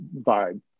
vibe